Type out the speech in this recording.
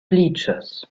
bleachers